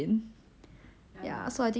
买很多保险 right